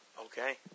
Okay